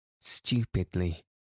Stupidly